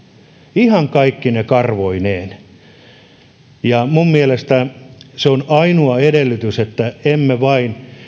ihan kaikkine karvoineen minun mielestäni se on ainoa edellytys että emme vain